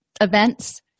events